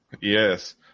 Yes